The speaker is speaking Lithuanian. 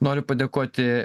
noriu padėkoti